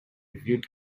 viewed